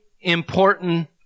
important